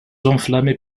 enflammées